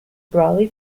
brolly